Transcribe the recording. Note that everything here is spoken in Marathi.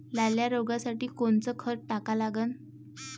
लाल्या रोगासाठी कोनचं खत टाका लागन?